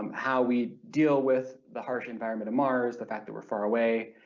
um how we deal with the harsh environment of mars, the fact that we're far away,